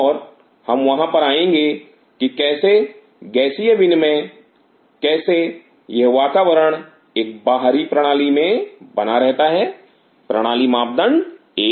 और हम वहां पर आएंगे कि कैसे गैसीय विनिमय कैसे यह वातावरण एक बाहरी प्रणाली में बना रहता है प्रणाली मापदंड एक